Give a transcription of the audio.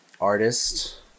artist